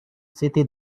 city